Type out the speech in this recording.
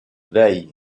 veille